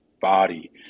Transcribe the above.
body